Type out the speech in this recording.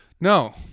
no